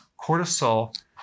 Cortisol